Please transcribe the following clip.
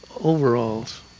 overalls